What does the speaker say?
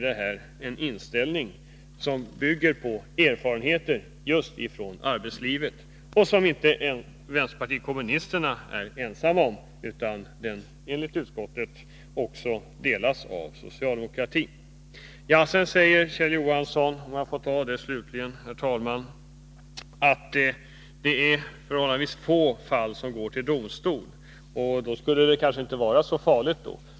Den här inställningen bygger alltså på erfarenheter från arbetslivet, och den är inte vänsterpartiet kommunisterna ensam om, utan enligt utskottet delas den också av socialdemokratin. Sedan säger Kjell Johansson att det är förhållandevis få fall som går till domstol. Det skulle då inte vara så farligt.